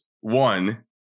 One